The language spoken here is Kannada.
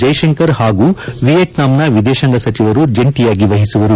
ಜ್ಟೆಶಂಕರ್ ಹಾಗೂ ವಿಯೆಟ್ನಾಂನ ವಿದೇಶಾಂಗ ಸಚಿವರು ಜಂಟಿಯಾಗಿ ವಹಿಸುವರು